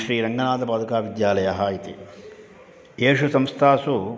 श्रीरङ्गनाथपादुकाविद्यालयः इति येषु संस्थासु